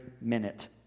minute